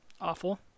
awful